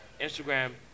Instagram